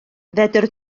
fedr